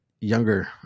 younger